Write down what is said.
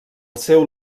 seu